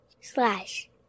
slash